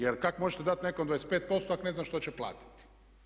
Jer kak' možete dati nekome 25% ak ne zna šta će platiti?